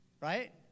Right